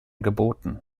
geboten